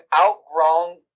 outgrown